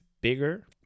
bigger